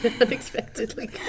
Unexpectedly